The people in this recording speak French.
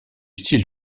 style